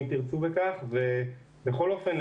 בכל אופן,